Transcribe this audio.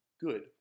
good